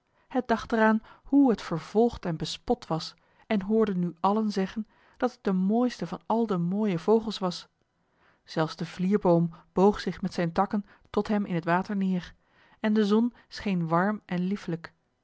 het dacht er aan hoe het vervolgd en bespot was en hoorde nu allen zeggen dat het de mooiste van al die mooie vogels was zelfs de vlierboom boog zich met zijn takken tot hem in het water neer en de zon scheen warm en liefelijk